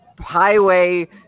highway